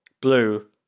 blue